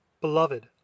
Beloved